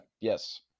Yes